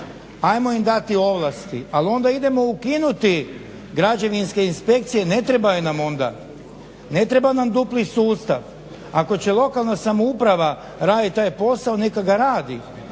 ajmo im dati ovlasti, ali onda idemo ukinuti građevinske inspekcije ne treba nam onda, ne treba nam dupli sustav. Ako će lokalna samouprava raditi taj posao neka ga radi